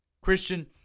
Christian